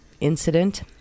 incident